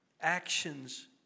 actions